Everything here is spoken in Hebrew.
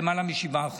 בלמעלה מ-7%.